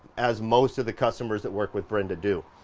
as most of the customers that work with brenda do.